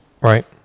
Right